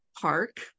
park